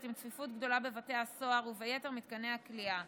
עם צפיפות גדולה בבתי הסוהר וביתר מתקני הכליאה.